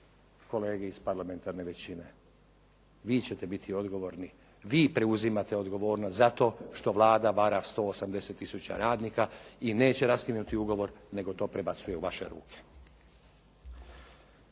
kolege iz parlamentarne većine vi ćete biti odgovorni, vi preuzimate odgovornost za to što Vlada vara 180000 radnika i neće raskinuti ugovor, nego to prebacuje u vaše ruke.